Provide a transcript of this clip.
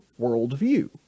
worldview